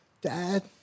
Dad